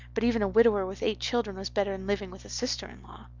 but even a widower with eight children was better'n living with a sister-in-law.